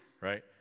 right